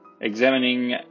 examining